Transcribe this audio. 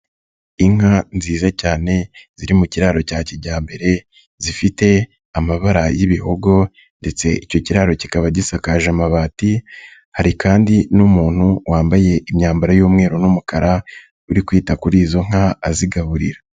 Inka nziza cyane ziri mu kiraro cya kijyambere zifite amabara y'ibihogo ndetse icyo kiraro kikaba gisakaje amabati, hari kandi n'umuntu wambaye imyambaro y'umweru n'umukara uri kwita kuri izo nka azigaburira.